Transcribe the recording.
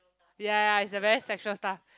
ya ya it's a very sexual stuff